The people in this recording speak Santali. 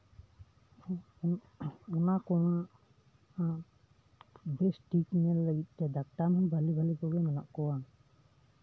ᱚᱱᱟ ᱠᱚᱢᱟ ᱵᱮᱥᱴᱷᱤᱠ ᱧᱮᱞ ᱞᱟᱹᱜᱤᱫᱛᱮ ᱰᱟᱠᱛᱟᱨ ᱵᱷᱟᱞᱤ ᱵᱷᱟᱞᱤ ᱠᱚᱜᱮ ᱢᱮᱱᱟᱜ ᱠᱚᱣᱟ